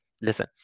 listen